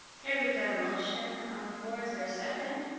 okay we've got a motion on the floor is there a second